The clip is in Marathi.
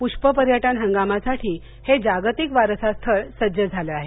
पुष्प पर्यटन हंगामासाठी हे जागतिक वारसास्थळ सज्ज झालं आहे